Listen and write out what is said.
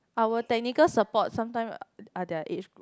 our technical support sometime are their age group